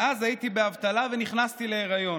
מאז הייתי באבטלה ונכנסתי להיריון.